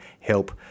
help